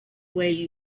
way